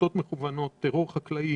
הצתות מכוונות, טרור חקלאי